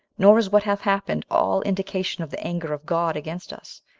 nor is what hath happened all indication of the anger of god against us,